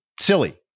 silly